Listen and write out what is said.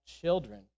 children